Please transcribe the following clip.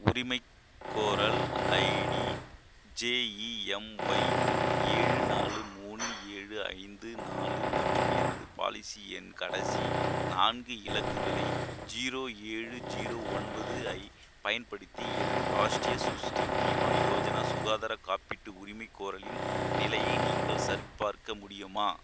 உரிமைகோரல் ID JEMY ஏழு நாலு மூணு ஏழு ஐந்து நாலு மற்றும் எனது பாலிசி எண் கடைசி நான்கு இலக்குகளை ஜீரோ ஏழு ஜீரோ ஒன்பது ஐ பயன்படுத்தி எனது ராஷ்ட்ரிய சுஸ்டி பீமா யோஜனா சுகாதார காப்பீட்டு உரிமைகோரலின் நிலையை நீங்கள் சரிபார்க்க முடியுமா